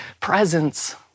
presence